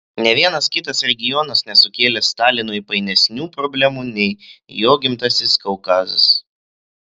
nė vienas kitas regionas nesukėlė stalinui painesnių problemų nei jo gimtasis kaukazas